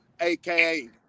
aka